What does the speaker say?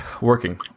working